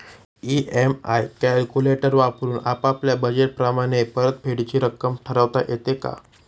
EMI calculator वापरून आपापल्या budget प्रमाणे परतफेडीची रक्कम ठरवता येते का?